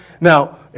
Now